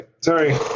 Sorry